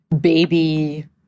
baby